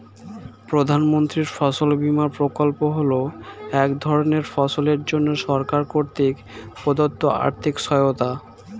প্রধানমন্ত্রীর ফসল বিমা প্রকল্প হল এক ধরনের ফসলের জন্য সরকার কর্তৃক প্রদত্ত আর্থিক সহায়তা